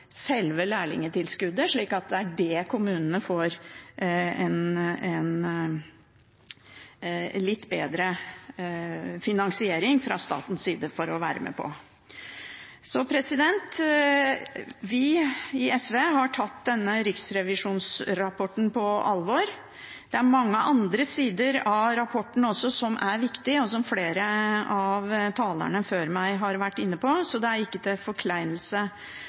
slik at det er det kommunene får, en litt bedre finansiering fra statens side, for å være med på. Vi i SV har tatt denne riksrevisjonsrapporten på alvor. Det er også mange andre sider ved rapporten som er viktige, og som flere av talerne før meg har vært inne på, så det er ikke til forkleinelse